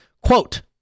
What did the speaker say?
Quote